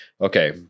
Okay